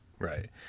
Right